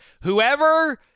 Whoever –